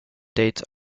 dates